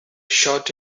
short